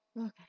Okay